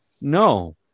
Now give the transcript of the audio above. No